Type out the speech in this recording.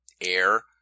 Air